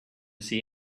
see